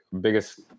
biggest